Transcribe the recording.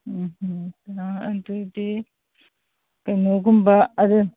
ꯎꯝ ꯎꯝ ꯑꯗꯣꯏꯗꯤ ꯀꯩꯅꯣꯒꯨꯝꯕ ꯑꯔꯦꯝ